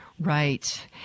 right